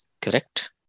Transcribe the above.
Correct